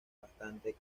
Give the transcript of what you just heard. bastante